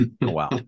Wow